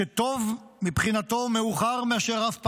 וטוב מבחינתו מאוחר מאשר אף פעם,